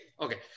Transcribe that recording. Okay